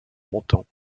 montants